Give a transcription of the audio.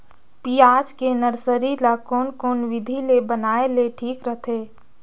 पियाज के नर्सरी ला कोन कोन विधि ले बनाय ले ठीक रथे?